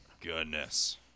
Goodness